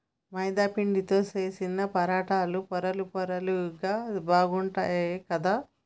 మైదా పిండితో చేశిన పరాటాలు పొరలు పొరలుగా బాగుంటాయ్ కదా